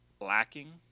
lacking